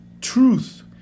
Truth